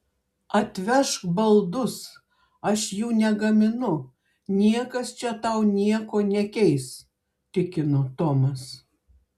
atvežk baldus aš jų negaminu niekas čia tau nieko nekeis tikino tomas